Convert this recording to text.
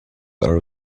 our